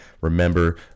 remember